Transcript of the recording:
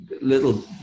little